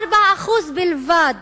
4% בלבד